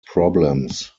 problems